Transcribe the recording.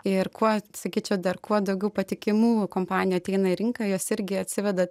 ir kuo sakyčiau dar kuo daugiau patikimų kompanijų ateina į rinką jos irgi atsiveda